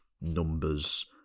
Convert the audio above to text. numbers